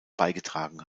beigetragen